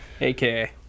aka